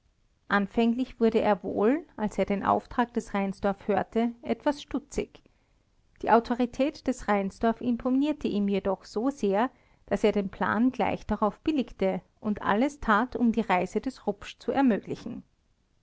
anfänglich wurde er wohl als er den auftrag des reinsdorf hörte etwas stutzig die autorität des reinsdorf imponierte ihm jedoch so sehr daß er den plan gleich darauf billigte und alles tat um die reise des rupsch zu ermöglichen